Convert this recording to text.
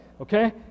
Okay